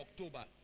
October